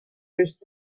used